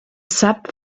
sap